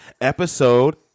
episode